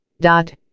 dot